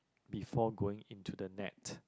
before going into the net